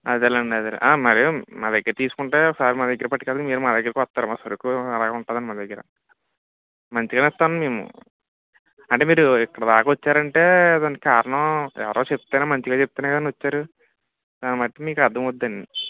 అదేలేండి అదే మరి మా దగ్గర తీసుకుంటే సార్ మా దగ్గర పట్టుకెళ్తే మీరు మా దగ్గరికి వస్తారు మా సరుకు అలాగ ఉంటాదండి మా దగ్గర మంచిగానే ఇస్తామండి మేము అంటే మీరు ఇక్కడిదాకా వచ్చారంటే దానికి కారణం ఎవరో చెప్తేనే మంచిగా చెప్తేనే కదండి వచ్చారు దాన్ని బట్టి మీకు అర్ధం అవుతుందండి